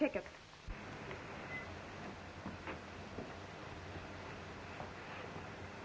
tickets